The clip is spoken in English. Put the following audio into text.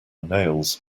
nails